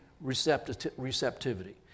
receptivity